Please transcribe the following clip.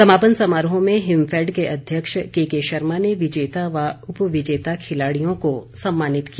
समापन समारोह में हिमफैड के अध्यक्ष केके शर्मा ने विजेता व उपविजेता खिलाड़ियों को सम्मानित किया